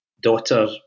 daughter